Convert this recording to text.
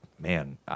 man